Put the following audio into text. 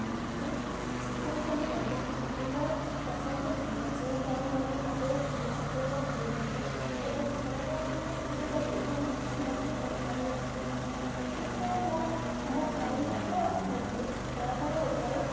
ମୋତେ ଚିତ୍ରାଙ୍କନ କରିବାକୁ ବହୁତ ପସନ୍ଦ ଥିଲା ଯେଉଁ କାରଣରୁ ମୋତେ ଭଲ ଶିକ୍ଷକ ମିଳିଲେନି ଏବଂ ଘରର ଅସୁବିଧା ଯୋଗୁଁ ମୁଁ କିଛି ମଧ୍ୟ କରିପାରିଲି ନାହିଁ କିନ୍ତୁ ମୋ ମୋ ଭାଇ ମଧ୍ୟ ଗୋଟେ କଳାକାର ଉପରେ